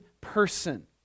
person